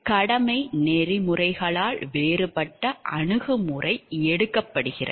கடமை நெறிமுறைகளால் வேறுபட்ட அணுகுமுறை எடுக்கப்படுகிறது